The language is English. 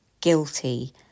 guilty